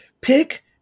pick